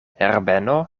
herbeno